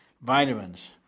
vitamins